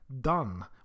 done